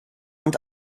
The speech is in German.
und